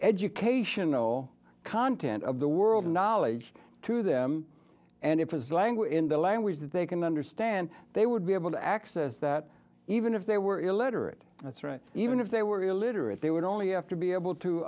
educational content of the world knowledge to them and it was a language in the language that they can understand they would be able to access that even if they were illiterate that's right even if they were illiterate they would only have to be able to